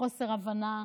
היה חוסר הבנה,